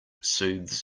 soothes